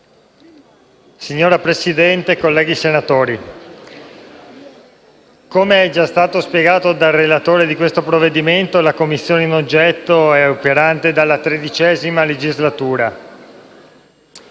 Signor Presidente, colleghi senatori, come è già stato spiegato dal relatore del provvedimento in esame, la Commissione in oggetto è operante dalla XIII legislatura.